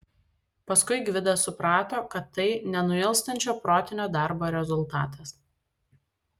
paskui gvidas suprato kad tai nenuilstančio protinio darbo rezultatas